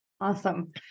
Awesome